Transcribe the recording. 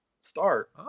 start